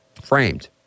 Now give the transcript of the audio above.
Framed